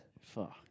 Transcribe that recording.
Fuck